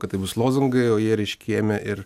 kad tai bus lozungai o jie reiškia ėmė ir